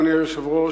אדוני היושב-ראש,